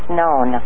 known